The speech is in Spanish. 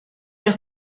los